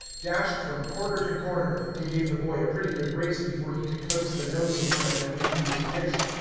dashed from corner to corner, and gave the boy a pretty good race before he could coax the nose of one of them into his dish.